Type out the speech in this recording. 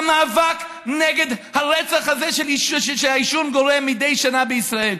למאבק נגד הרצח הזה שהעישון גורם מדי שנה בישראל.